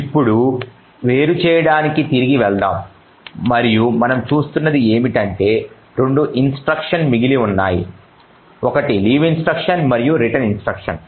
ఇప్పుడు వేరుచేయడానికి తిరిగి వెళ్దాం మరియు మనం చూస్తున్నది ఏమిటంటే 2 ఇన్స్ట్రక్షన్ మిగిలి ఉన్నాయి ఒకటి లీవ్ ఇన్స్ట్రక్షన్ మరియు రిటర్న్ ఇన్స్ట్రక్షన్